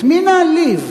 את מי להעליב.